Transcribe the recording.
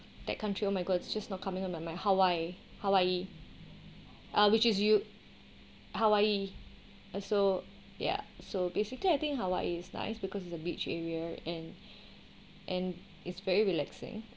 that country oh my god it's just not coming on my mind hawaii hawaii uh which is you hawaii uh so ya so basically I think hawaii is nice because it's the beach area and and it's very relaxing